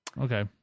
Okay